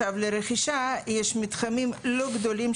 לרכישה יש מתחמים לא גדולים,